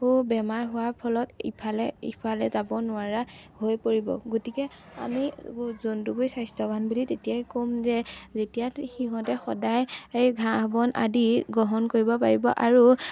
বেমাৰ হোৱাৰ ফলত ইফালে ইফালে যাব নোৱাৰা হৈ পৰিব গতিকে আমি জন্তুবোৰ স্বাস্থ্যৱান বুলি তেতিয়াই ক'ম যে যেতিয়া সিহঁতে সদায় এই ঘাঁহ বন আদি গ্ৰহণ কৰিব পাৰিব আৰু